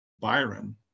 Byron